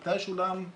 מתי שולם,